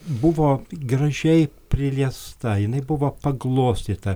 buvo gražiai priliesta jinai buvo paglostyta